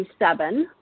27